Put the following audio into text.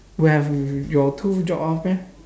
will have your tooth drop off meh